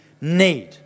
need